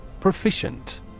Proficient